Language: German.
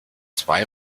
zwei